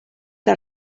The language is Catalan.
que